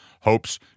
hopes